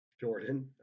Jordan